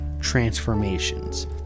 transformations